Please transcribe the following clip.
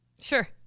Sure